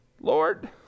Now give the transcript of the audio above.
Lord